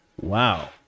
Wow